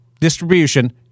Distribution